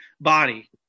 body